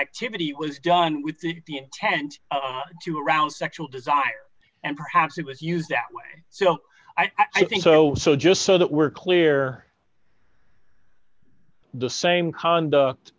activity was done with the intent to arouse sexual desire and perhaps it was used that way so i think so so just so that we're clear the same conduct